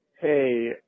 Hey